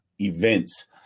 events